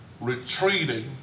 retreating